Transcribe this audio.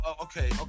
Okay